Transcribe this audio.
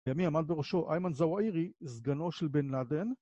עמד בראשו עימן זוהירי, סגנו של בן לאדן.